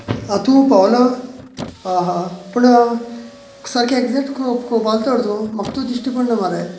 आं तूं पावला आं हां पूण सारकें एग्जेक्ट खंय पावला तर तूं म्हाका तूं दिश्टी पडना मरे